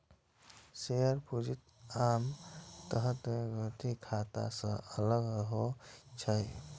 share पूंजी आन तरहक इक्विटी खाता सं अलग होइ छै